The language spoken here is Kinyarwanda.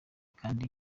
kandi